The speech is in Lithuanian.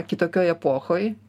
kitokioj epochoj